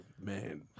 man